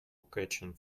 catching